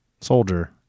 soldier